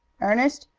ernest,